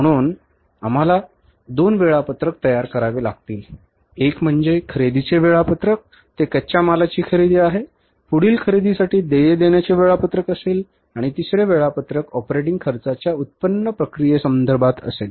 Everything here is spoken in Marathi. म्हणून आम्हाला दोन वेळापत्रक तयार करावे लागतील एक म्हणजे खरेदीचे वेळापत्रक ते कच्च्या मालाची खरेदी आहे पुढील खरेदींसाठी देय देण्याचे वेळापत्रक असेल आणि तिसरे वेळापत्रक ऑपरेटिंग खर्चाच्या उत्पादन प्रक्रियेसंदर्भात असेल